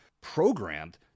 programmed